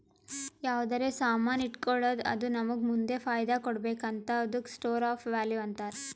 ಯಾವ್ದರೆ ಸಾಮಾನ್ ಇಟ್ಗೋಳದ್ದು ಅದು ನಮ್ಮೂಗ ಮುಂದ್ ಫೈದಾ ಕೊಡ್ಬೇಕ್ ಹಂತಾದುಕ್ಕ ಸ್ಟೋರ್ ಆಫ್ ವ್ಯಾಲೂ ಅಂತಾರ್